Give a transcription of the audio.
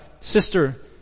sister